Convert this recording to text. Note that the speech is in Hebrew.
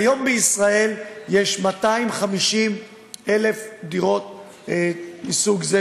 כיום יש בישראל 250,000 דירות מסוג זה,